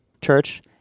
church